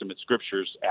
scriptures